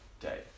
day